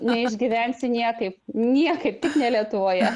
neišgyvensi niekaip niekaip tik ne lietuvoje